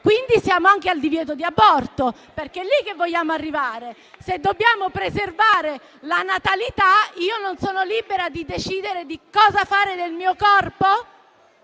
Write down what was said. quindi siamo anche al divieto di aborto, perché è lì che vogliamo arrivare. Se dobbiamo preservare la natalità, io non sono libera di decidere cosa fare del mio corpo?